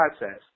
process